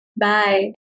Bye